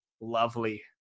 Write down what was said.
Lovely